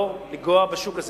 לא לנגוע בשוק הזה.